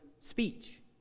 speech